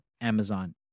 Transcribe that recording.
Amazon